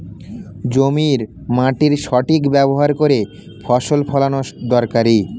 জমির মাটির সঠিক ব্যবহার করে ফসল ফলানো দরকারি